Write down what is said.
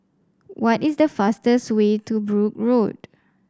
what is the fastest way to Brooke Road